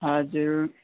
हजुर